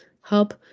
hub